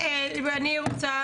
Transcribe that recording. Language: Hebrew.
מי הרחיק, הממ"ז?